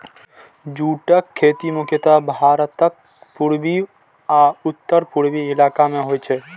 जूटक खेती मुख्यतः भारतक पूर्वी आ उत्तर पूर्वी इलाका मे होइ छै